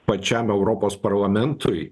pačiam europos parlamentui